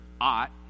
ought